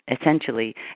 essentially